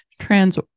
trans